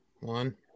One